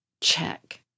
check